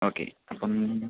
okay അപ്പം